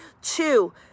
Two